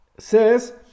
says